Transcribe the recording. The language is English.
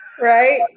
Right